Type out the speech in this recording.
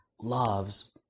loves